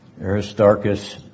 Aristarchus